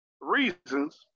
reasons